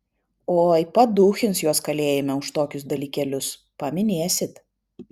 oi paduchins juos kalėjime už tokius dalykėlius paminėsit